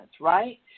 right